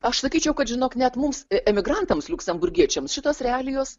aš sakyčiau kad žinok net mums emigrantams liuksemburgiečiams šitos realijos